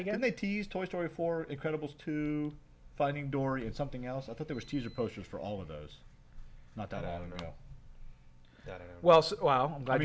again they tease toy story for incredibles two finding dory and something else i thought there was teaser posters for all of those not that i don't know well